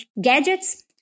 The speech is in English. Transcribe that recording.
gadgets